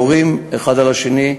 יורים האחד על השני,